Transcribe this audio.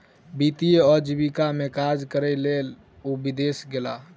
वित्तीय आजीविका में काज करैक लेल ओ विदेश गेला